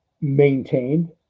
maintained